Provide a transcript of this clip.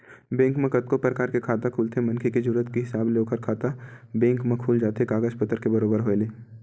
bank म कतको परकार के खाता खुलथे मनखे के जरुरत के हिसाब ले ओखर खाता बेंक म खुल जाथे कागज पतर के बरोबर होय ले